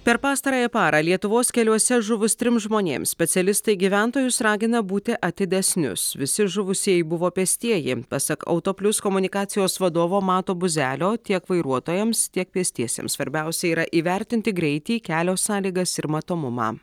per pastarąją parą lietuvos keliuose žuvus trims žmonėms specialistai gyventojus ragina būti atidesnius visi žuvusieji buvo pėstieji pasak autoplius komunikacijos vadovo mato buzelio tiek vairuotojams tiek pėstiesiems svarbiausia yra įvertinti greitį kelio sąlygas ir matomumą